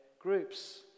groups